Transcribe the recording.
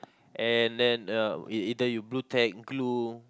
and then uh E either you blue tack glue